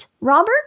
Robert